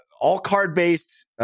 all-card-based